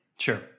Sure